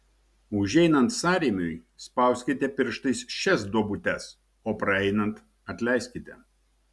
užeinant sąrėmiui spauskite pirštais šias duobutes o praeinant atleiskite